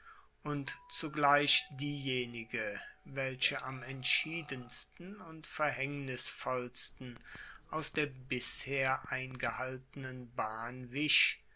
und zugleich diejenige welche am entschiedensten und verhaengnisvollsten aus der bisher eingehaltenen bahn wich